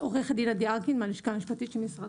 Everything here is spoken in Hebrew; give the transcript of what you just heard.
יש גם איסור להופיע כמועמד ברשימה בכנסת.